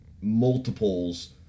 multiples